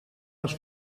les